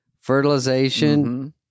Fertilization